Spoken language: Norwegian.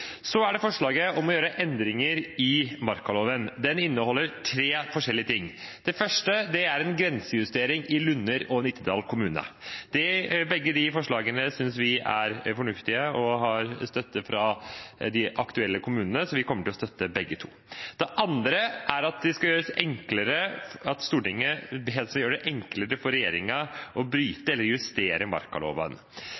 Så er det forslaget om å gjøre endringer i markaloven. Det inneholder tre forskjellige ting. Det første er grensejustering i Lunner kommune og Nittedal kommune. Begge de forslagene synes vi er fornuftige, og de har støtte hos de aktuelle kommunene, så vi kommer til å støtte begge to. Det andre er at Stortinget skal gjøre det enklere for regjeringen å bryte eller justere markaloven. Arbeiderpartiet kommer til å